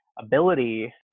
ability